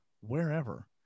wherever